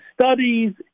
studies